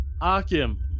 Akim